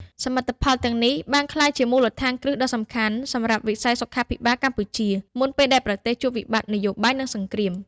សមិទ្ធផលទាំងនេះបានក្លាយជាមូលដ្ឋានគ្រឹះដ៏សំខាន់សម្រាប់វិស័យសុខាភិបាលកម្ពុជា មុនពេលដែលប្រទេសជួបវិបត្តិនយោបាយ និងសង្គ្រាម។